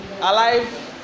Alive